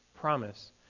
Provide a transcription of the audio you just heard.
promise